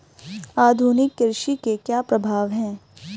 आधुनिक कृषि के क्या प्रभाव हैं?